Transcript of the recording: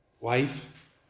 wife